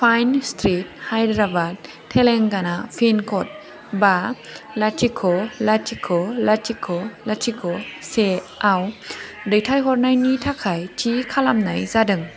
fine street Hyderabad Telangana pin code बा लाथिख' लाथिख' लाथिख' लाथिख' से आव दैथायहरनायनि थाखाय थि खालामनाय जादों